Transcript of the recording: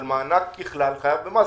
אבל מענק ככלל חייב במס.